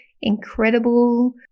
incredible